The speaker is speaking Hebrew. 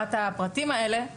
מסירת הפרטים האלה,